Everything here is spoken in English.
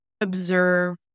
observe